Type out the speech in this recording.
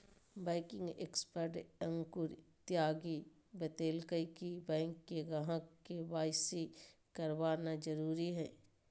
banking expert Ankur Tyagi बतयलकय कि bank के ग्राहक के.वाई.सी करवाना जरुरी हइ